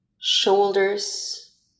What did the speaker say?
Shoulders